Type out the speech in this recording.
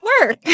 work